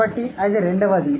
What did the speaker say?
కాబట్టి అది రెండవది